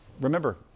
Remember